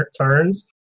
turns